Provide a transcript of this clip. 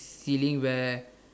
ceiling where